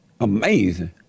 amazing